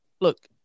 look